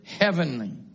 heavenly